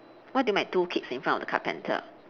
what do you mean by two kids in front of the carpenter